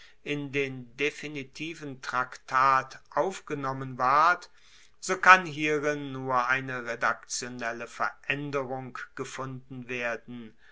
in den definitiven traktat aufgenommen ward so kann hierin nur eine redaktionelle veraenderung gefunden werden